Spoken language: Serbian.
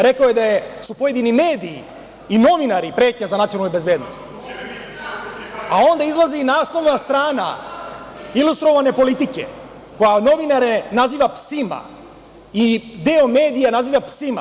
Rekao je da su pojedini mediji i novinari pretnja za nacionalnu bezbednost, a onda izlazi naslovna strana „Ilustrovane politike“ koja novinare naziva psima i deo medija naziva psima.